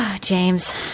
James